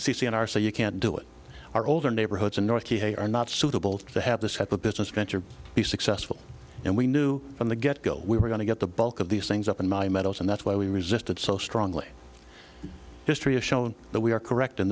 n r so you can't do it are older neighborhoods in north not suitable to have this type of business venture be successful and we knew from the get go we were going to get the bulk of these things up in my metals and that's why we resisted so strongly history has shown that we are correct in